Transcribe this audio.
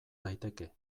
daiteke